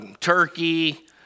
Turkey